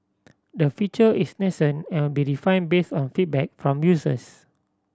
the feature is nascent and will be refined based on feedback from users